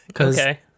Okay